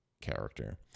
character